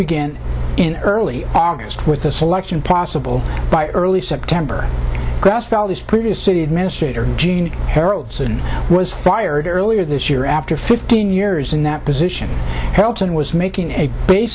begin in early august with the selection possible by early september prettiest city administrator harold was fired earlier this year after fifteen years in that position helton was making a base